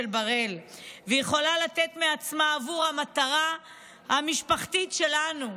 בראל ויכולה לתת מעצמה עבור המטרה המשפחתית שלנו.